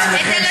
את אלה ששורפים,